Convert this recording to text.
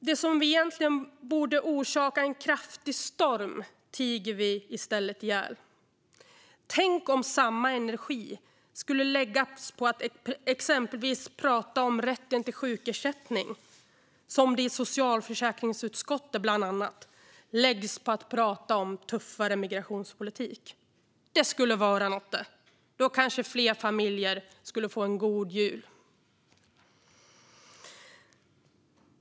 Det som egentligen borde orsaka en kraftig storm tiger vi i stället ihjäl. Tänk om samma energi skulle läggas på att prata om exempelvis rätten till sjukersättning som det i bland annat socialförsäkringsutskottet läggs på att prata om tuffare migrationspolitik. Det skulle vara något, det! Då skulle kanske fler familjer få en god jul.